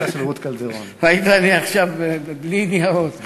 ראית, אני עכשיו בלי ניירות.